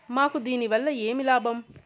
మాకు దీనివల్ల ఏమి లాభం